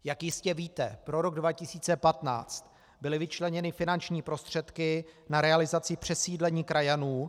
Jak jistě víte, pro rok 2015 byly vyčleněny finanční prostředky na realizaci přesídlení krajanů.